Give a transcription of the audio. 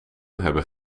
hebben